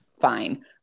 fine